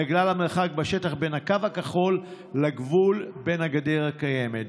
בגלל המרחק בשטח בין הקו הכחול לגבול בין הגדר הקיימת.